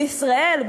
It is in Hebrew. בישראל,